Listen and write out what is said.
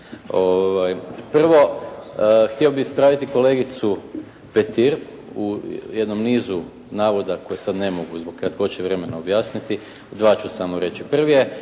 Prvo, htio bih ispraviti kolegicu Petir, u jednom nizu navoda koje sada ne mogu zbog kratkoće vremena objasniti, dva ću samo reći.